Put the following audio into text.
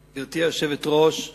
היושבת-ראש,